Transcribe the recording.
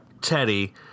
Teddy